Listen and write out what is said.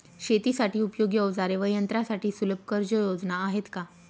शेतीसाठी उपयोगी औजारे व यंत्रासाठी सुलभ कर्जयोजना आहेत का?